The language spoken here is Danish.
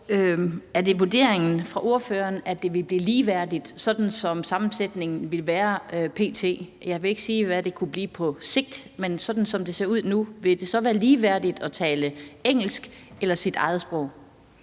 Er det vurderingen fra ordføreren, at det vil blive ligeværdigt, sådan som sammensætningen er p.t.? Jeg vil ikke sige, hvad det kunne blive på sigt, men med sådan, som det ser ud nu, vil det så være mest ligeværdigt at tale engelsk eller sit eget sprog?